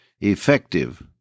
effective